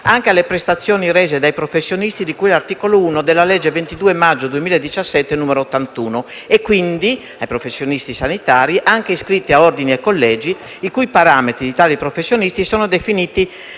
anche alle prestazioni rese dai professionisti di cui all'articolo 1 della legge 22 maggio 2017, n. 81, e, quindi, ai professionisti sanitari, anche iscritti a ordini e collegi, i cui parametri sono definiti